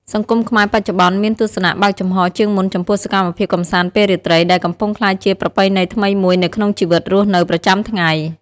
សង្គមខ្មែរបច្ចុប្បន្នមានទស្សនៈបើកចំហរជាងមុនចំពោះសកម្មភាពកម្សាន្តពេលរាត្រី ដែលកំពុងក្លាយជាប្រពៃណីថ្មីមួយនៅក្នុងជីវិតរស់នៅប្រចាំថ្ងៃ។